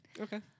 Okay